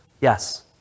Yes